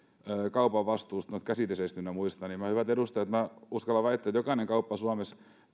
kaupan vastuusta käsideseistä ynnä muista hyvät edustajat minä uskallan väittää että jokainen kauppa suomessa